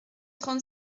trente